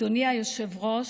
אדוני היושב-ראש,